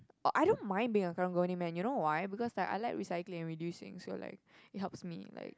uh I don't mind being a Karang-Guni man you know why because I like recycling and reducing so like it helps me like